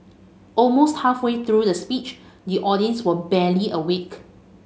almost halfway through the speech the audience were barely awake